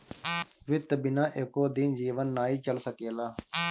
वित्त बिना एको दिन जीवन नाइ चल सकेला